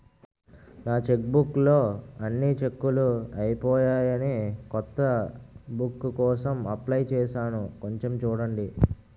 నా చెక్బుక్ లో అన్ని చెక్కులూ అయిపోయాయని కొత్త బుక్ కోసం అప్లై చేసాను కొంచెం చూడండి